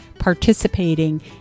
participating